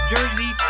Jersey